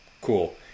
Cool